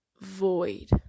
void